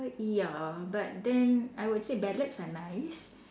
ya but then I would say ballads are nice